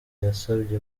yasabye